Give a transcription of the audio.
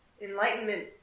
Enlightenment